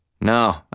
No